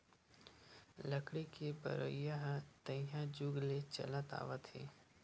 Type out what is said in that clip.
लकड़ी के बउरइ ह तइहा जुग ले चलत आवत हे